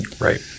right